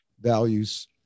values